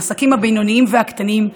העסקים הבינוניים והקטנים.